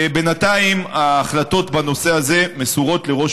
בינתיים ההחלטות בנושא הזה מסורות לראש